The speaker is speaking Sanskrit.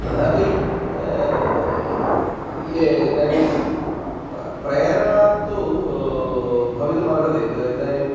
तथापि ये इदानीं प प्रेरणा तु भवितुमर्हति इति इदानीं